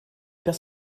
père